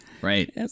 Right